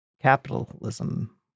capitalism